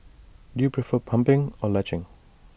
do you prefer pumping or latching